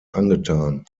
angetan